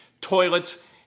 toilets